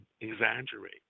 exaggerate